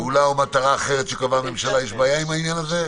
"פעולה או מטרה אחרת שקבעה הממשלה" יש בעיה עם העניין הזה?